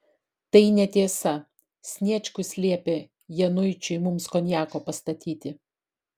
tai netiesa sniečkus liepė januičiui mums konjako pastatyti